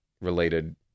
related